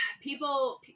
people